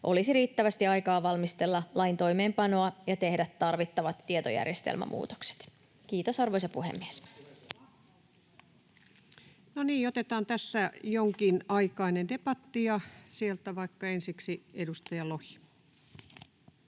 olisi riittävästi aikaa valmistella lain toimeenpanoa ja tehdä tarvittavat tietojärjestelmämuutokset. — Kiitos, arvoisa puhemies. No niin, otetaan tässä jonkinaikainen debatti, ja sieltä vaikka ensiksi edustaja Lohi.